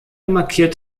markiert